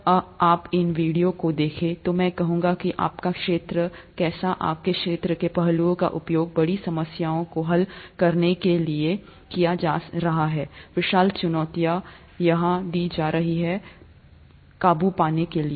जब आप इन वीडियो को देखे तो मैं चाहूंगा कि आपका क्षेत्र कैसा आपके क्षेत्र के पहलुओं का उपयोग बड़ी समस्याओं को हल करने के लिए किया जा रहा है विशाल चुनौतियों यहां दी जा रही विशाल चुनौतियों पर काबू पाने के लिए